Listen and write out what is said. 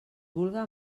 vulga